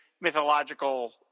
mythological